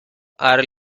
are